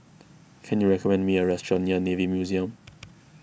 can you recommend me a restaurant near Navy Museum